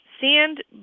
sand